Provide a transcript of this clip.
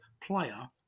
player